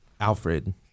Alfred